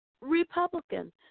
Republican